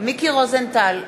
מיקי רוזנטל,